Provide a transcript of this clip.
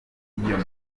iby’iyo